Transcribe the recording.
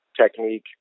technique